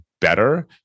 better